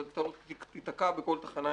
והיא תתקע בכל תחנה,